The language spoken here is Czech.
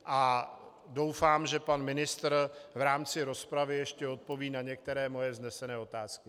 A doufám, že pan ministr v rámci rozpravy ještě odpoví na některé moje vznesené otázky.